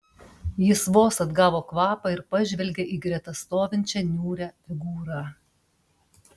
jis vos atgavo kvapą ir pažvelgė į greta stovinčią niūrią figūrą